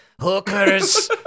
hookers